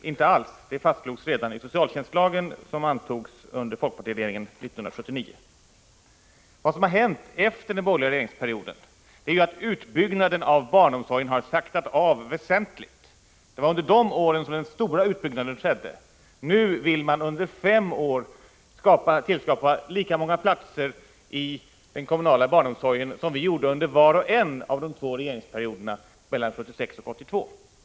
Inte alls! Den fastslogs redan i socialtjänstlagen, som antogs under folkpartiregeringen 1979. Vad som har hänt efter den borgerliga regeringsperioden är att utbyggnaden av barnomsorgen har saktat av väsentligt. Det var under de borgerliga åren som den stora utbyggnaden skedde. Nu vill man under fem år tillskapa lika många platser inom den kommunala barnomsorgen som vi gjorde under var och en av de två borgerliga regeringsperioderna mellan 1976 och 1982.